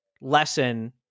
lesson